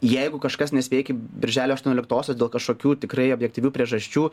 jeigu kažkas nespėja iki birželio aštuonioliktosios dėl kažkokių tikrai objektyvių priežasčių